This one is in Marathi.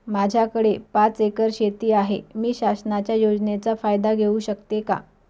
माझ्याकडे पाच एकर शेती आहे, मी शासनाच्या योजनेचा फायदा घेऊ शकते का?